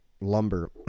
lumber